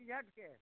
सिरहटके